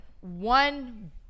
one